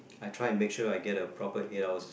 I try and make sure I get a proper ails